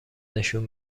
نشون